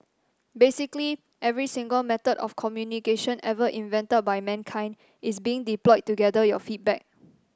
basically every single method of communication ever invented by mankind is being deployed to gather your feedback